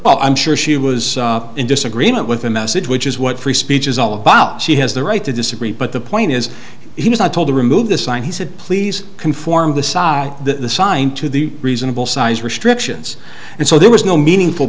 and i'm sure she was in disagreement with a message which is what free speech is all about she has the right to disagree but the point is he was not told to remove the sign he said please conform the sa the sign to the reasonable size restrictions and so there was no meaningful